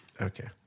Okay